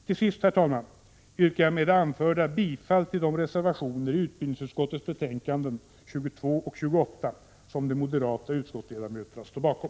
Tills sist, herr talman, yrkar jag med det anförda bifall till de reservationer i utbildningsutskottets betänkanden 22 och 28 som de moderata utskottsledamöterna står bakom.